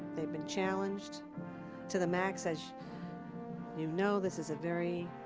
they've been challenged to the max. as you know, this is a very